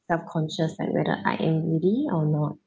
subconscious like whether I am really or not